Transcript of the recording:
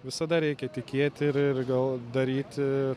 visada reikia tikėti ir ir gal daryti